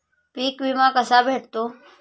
पीक विमा कसा भेटतो?